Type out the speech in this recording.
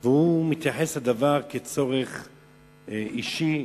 והוא מתייחס לזה כצורך אישי.